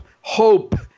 hope